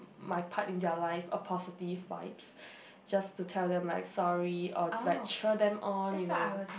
my part in their life a positive vibes just to tell them like sorry or like cheer them on you know